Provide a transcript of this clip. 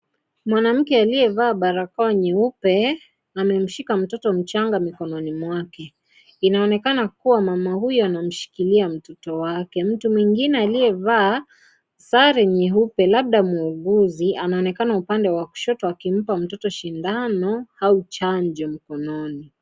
Mwanamke aliyevaa barakoa nyeupe amemshika mtoto mchanga mikononi mwake inaonekana kuwa mama huyu amemshikilia mtoto wake mtu mwingine aliyevaa sare nyeupe labda muuguzi anaonekana upande wa kushoto akimpa mtoto shindano au chanjo mkononi.